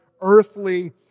earthly